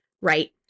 Right